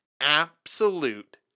absolute